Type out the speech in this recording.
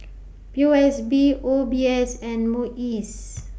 P O S B O B S and Muis